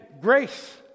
grace